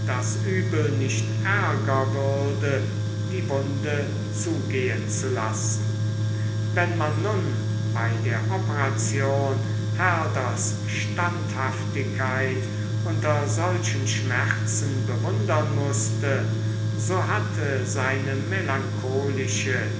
das übel nicht ärger würde die wunde zugehn zu lassen wenn man nun bei der operation herders standhaftigkeit unter solchen schmerzen bewundern mußte so hatte seine melancholische